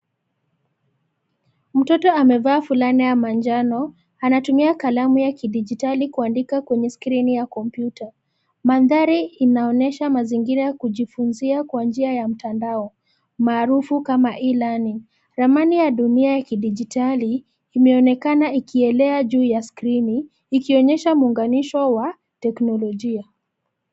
Mtoto amevaa fulana ya manjano. Anatumia kalamu ya kidijitali kuandika kwenye skrini ya kompyuta. Mandhari inaonyesha mazingira ya kuifunzia kwa njia ya mtandao maarufu kama e-learning . Ramani ya dunia ya kidijitali imeonekana ikielea juu ya skrini ikionyesha muunganisho wa teknolojia.